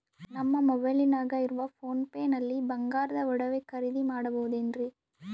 ನಮ್ಮ ಮೊಬೈಲಿನಾಗ ಇರುವ ಪೋನ್ ಪೇ ನಲ್ಲಿ ಬಂಗಾರದ ಒಡವೆ ಖರೇದಿ ಮಾಡಬಹುದೇನ್ರಿ?